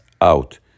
out